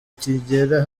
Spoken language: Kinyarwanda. kigera